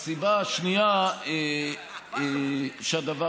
הראש מורכן, השר, אני חושב שהדברים